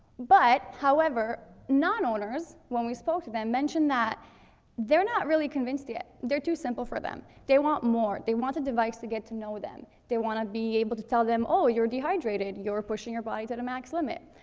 but, however, non-owners, when we spoke to them, mentioned that they're not really convinced yet. they're too simple for them. they want more. they want a device to get to know them. they wanna be able to tell them, oh you're dehydrated. you're pushing your body to the max limit.